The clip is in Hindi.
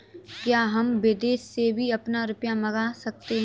क्या हम विदेश से भी अपना रुपया मंगा सकते हैं?